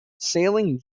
sailing